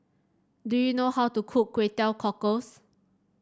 do you know how to cook Kway Teow Cockles